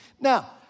Now